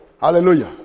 Hallelujah